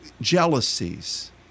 jealousies